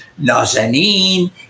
Nazanin